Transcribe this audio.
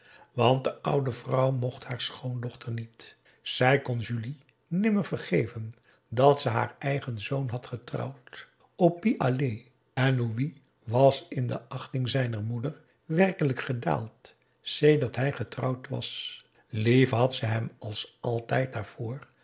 want de oude vrouw mocht haar schoondochter niet zij kon julie nimmer vergeven dat ze haar eenigen zoon had getrouwd au pis aller en louis was in de achting zijner moeder werkelijk gedaald sedert hij getrouwd was lief had ze hem als altijd